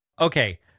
Okay